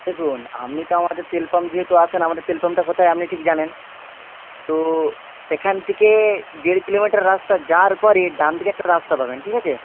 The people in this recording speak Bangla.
দেখুন আপনি তো আমাদের তেল পাম্প যেহেতু আসেন আমাদের তেল পাম্পটা কোথায় আপনি ঠিক জানেন তো সেখান থেকে দেড় কিলোমিটার রাস্তা যাওয়ার পরে ডানদিকে একটা রাস্তা পাবেন ঠিক আছে